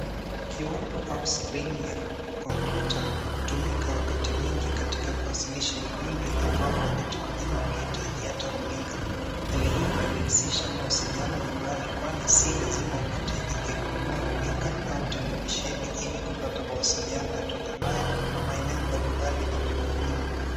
Kiwambo au skrini ya kompyuta hutumika wakati mwingi katika kuwasilisha ujumbe ambao wakati mwengine huhitaji hata runinga. Hali hii imerahisisha mawasiliano nyumbani kwani si lazima uhitajike kununua runinga au televisheni ili kupata mawasiliano yatokanayo na maeneo mbalimbali ulimwenguni.